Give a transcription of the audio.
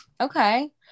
Okay